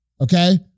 Okay